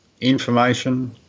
information